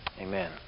Amen